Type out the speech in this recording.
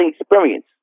experience